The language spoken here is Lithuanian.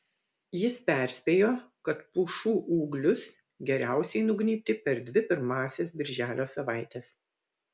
jis perspėjo kad pušų ūglius geriausiai nugnybti per dvi pirmąsias birželio savaites